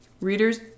Readers